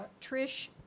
Trish